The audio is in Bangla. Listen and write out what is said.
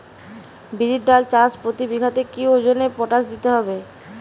বিরির ডাল চাষ প্রতি বিঘাতে কি ওজনে পটাশ দিতে হবে?